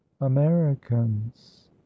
americans